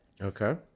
Okay